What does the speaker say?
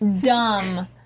dumb